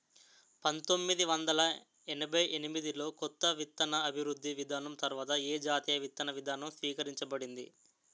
పంతోమ్మిది వందల ఎనభై ఎనిమిది లో కొత్త విత్తన అభివృద్ధి విధానం తర్వాత ఏ జాతీయ విత్తన విధానం స్వీకరించబడింది?